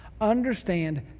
Understand